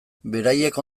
beraiek